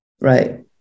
Right